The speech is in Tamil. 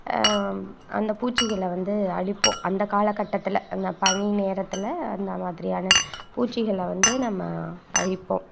அந்த பூச்சிகளை வந்து அழிப்போம் அந்த காலக்கட்டத்தில் அந்த பனி நேரத்தில் அந்த மாதிரியான பூச்சிகளை வந்து நம்ம அழிப்போம்